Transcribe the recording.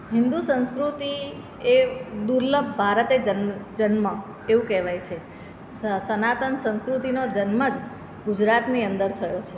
હિન્દુ સંસ્કૃતિ એ દુર્લભ ભારતે જન જન્મ એવું કહેવાય છે સનાતન સંસ્કૃતિનો જન્મ જ ગુજરાતની અંદર થયો છે